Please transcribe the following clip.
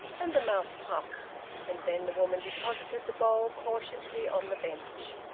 and the mouth puffed and then the woman deposited the bowl cautiously on the bench.